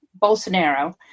Bolsonaro